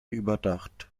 überdacht